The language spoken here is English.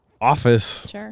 office